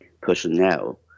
personnel